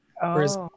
whereas